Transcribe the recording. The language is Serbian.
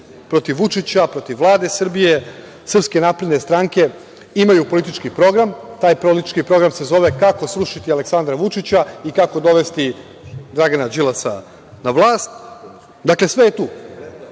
protiv Vučića, protiv Vlade Srbije, Srpske napredne stranke, imaju politički program, taj politički program se zove – kako srušiti Aleksandra Vučića i kako dovesti Dragana Đilasa na vlast. Dakle, sve je